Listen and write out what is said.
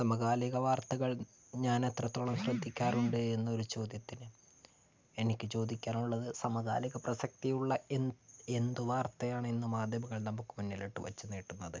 സമകാലിക വാർത്തകൾ ഞാൻ എത്രത്തോളം ശ്രദ്ധിക്കാറുണ്ട് എന്നൊരു ചോദ്യത്തിന് എനിക്ക് ചോദിക്കാനുള്ളത് സമകാലിക പ്രസക്തിയുള്ള എ എന്ത് വാർത്തയാണ് ഇന്ന് മാധ്യമങ്ങൾ നമുക്ക് മുന്നിലോട്ട് വെച്ചുനീട്ടുന്നത്